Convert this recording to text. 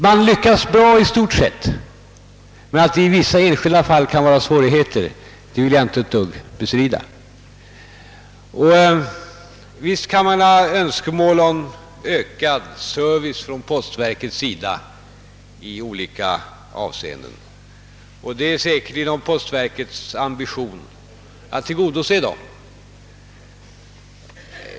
Man lyckas bra i stort sett, men att det i vissa enskilda fall kan föreligga svårigheter vill jag inte alls bestrida. Visst kan man ha önskemål om ökad service från postverkets sida i olika avseenden. Det är säkerligen postverkets ambition att tillgodose dem.